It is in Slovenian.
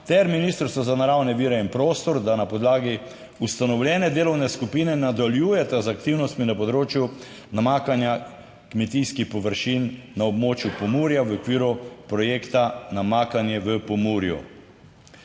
ter Ministrstvu za naravne vire in prostor, da na podlagi ustanovljene delovne skupine nadaljujeta z aktivnostmi na področju namakanja kmetijskih površin na območju Pomurja v okviru projekta namakanje v Pomurju".